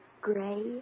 gray